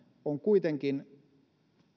on kuitenkin